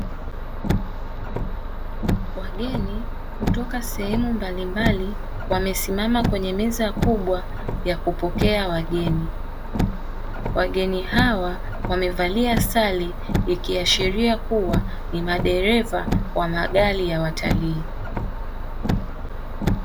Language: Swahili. Wageni kutoka sehemu mbalimbali, wamesimama kwenye meza kubwa ya kupokea wageni. Wageni hawa wamevalia sare, ikiashiria kuwa ni madereva wa magari ya watalii.